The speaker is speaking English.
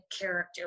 character